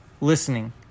Listening